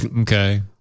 Okay